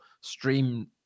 stream